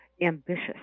ambitious